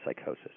psychosis